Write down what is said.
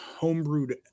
homebrewed